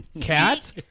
Cat